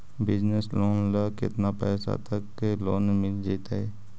Business loan ल केतना पैसा तक के लोन मिल जितै?